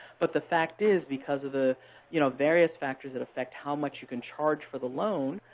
but the fact is, because of the you know various factors that affect how much you can charge for the loan